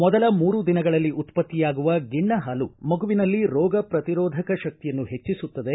ಮೊದಲ ಮೂರು ದಿನಗಳಲ್ಲಿ ಉತ್ಪತ್ತಿಯಾಗುವ ಗಿಣ್ಣ ಹಾಲು ಮಗುವಿನಲ್ಲಿ ರೋಗ ಪ್ರತಿರೋಧಕ ಶಕ್ತಿಯನ್ನು ಹೆಚ್ಚಿಸುತ್ತದೆ